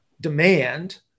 demand